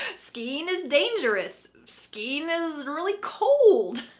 skiing is dangerous. skiing is really cold.